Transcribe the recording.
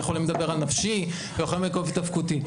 יכולים לדבר על נפשי ויכולים לקרוא לזה תפקודי.